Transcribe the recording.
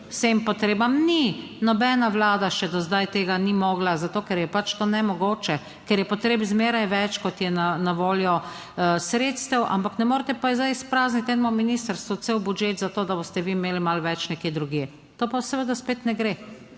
vsem potrebam, ni. Nobena vlada še do zdaj tega ni mogla, zato ker je pač to nemogoče, ker je potreb zmeraj več kot je na voljo sredstev, ampak ne morete pa zdaj izprazniti enem ministrstvu cel budžet za to, da boste vi imeli malo več nekje drugje, to pa seveda spet ne gre.